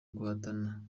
guhatana